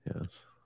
Yes